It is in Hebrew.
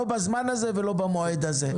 לא בזמן ובמועד הזה.